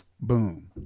boom